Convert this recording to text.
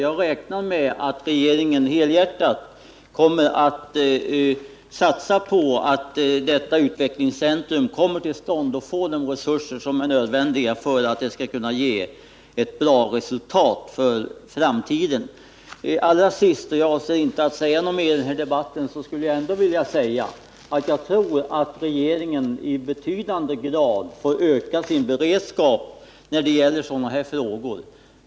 Jag räknar med att regeringen helhjärtat kommer att satsa på att detta utvecklingscentrum kommer till stånd och också får de resurser som är nödvändiga för att det skall kunna ge ett bra resultat för framtiden. Allra sist — jag avser inte att säga något mer i denna debatt — vill jag framhålla att jag tror att regeringen i betydande grad får öka sin beredskap när det gäller sådana här frågor.